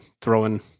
throwing